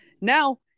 now